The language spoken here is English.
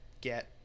get